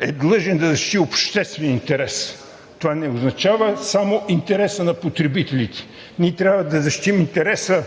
е длъжен да защити обществения интерес. Това не означава само интереса на потребителите. Ние трябва да защитим интереса